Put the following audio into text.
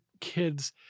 kids